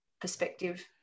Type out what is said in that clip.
perspective